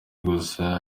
gusa